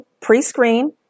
pre-screen